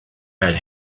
had